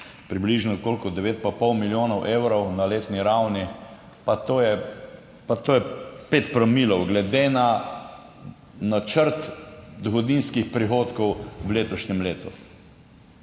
približno - koliko? - 9 pa pol milijonov evrov na letni ravni, pa to je pa, to je 5 promilov glede na načrt dohodninskih prihodkov v letošnjem letu.